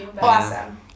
Awesome